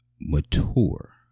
mature